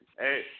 Hey